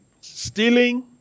stealing